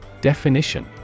Definition